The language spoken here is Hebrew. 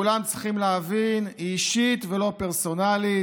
כולם צריכים להבין, היא אישית ולא פרסונלית.